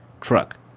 truck